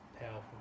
Powerful